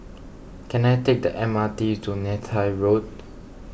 can I take the M R T to Neythai Road